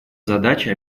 задача